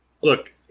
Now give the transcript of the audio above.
look